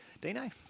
Dino